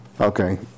okay